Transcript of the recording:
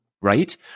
right